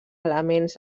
elements